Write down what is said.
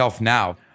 now